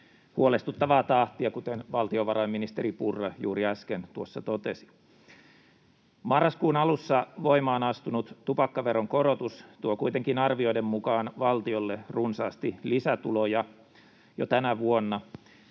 huolestuttavaa tahtia, kuten valtiovarainministeri Purra juuri äsken tuossa totesi. Marraskuun alussa voimaan astunut tupakkaveron korotus tuo kuitenkin arvioiden mukaan valtiolle runsaasti lisätuloja jo tänä vuonna.